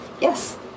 Yes